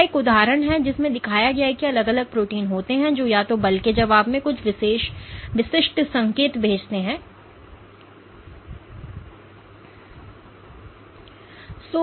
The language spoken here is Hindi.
यह एक उदाहरण है जिसमें दिखाया गया है कि अलग अलग प्रोटीन होते हैं जो या तो उस बल के जवाब में कुछ विशिष्ट संकेत भेजते हैं जो आप करते हैं